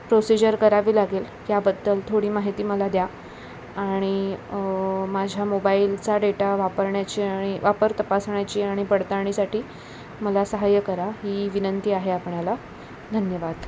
procedure करावी लागेल याबद्दल थोडी माहिती मला द्या आणि माझ्या मोबाईलचा डेटा वापरण्याची आणि वापर तपासण्याची आणि पडळताणीसाठी मला सहाय्य करा ही विनंती आहे आपल्याला धन्यवाद